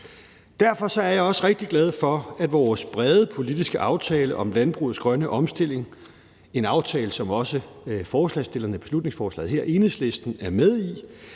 Derfor er jeg også rigtig glad for, at vores brede politiske aftale om landbrugets grønne omstilling, en aftale, som også forslagsstillerne bag beslutningsforslaget her, Enhedslisten, er med i,